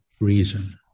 reason